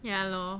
ya lor